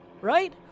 right